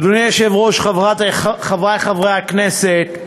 אדוני היושב-ראש, חברי חברי הכנסת,